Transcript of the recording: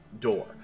door